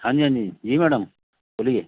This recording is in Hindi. हाँ जी हाँ जी जी मैडम बोलिए